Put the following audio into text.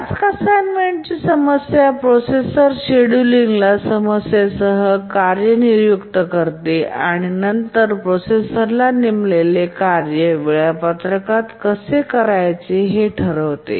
task असाइनमेंटची समस्या प्रोसेसरला शेड्यूलिंग समस्येसह कार्य नियुक्त करणे आणि नंतर प्रोसेसरला नेमलेले कार्य वेळापत्रकात कसे करायचे हे ठरवते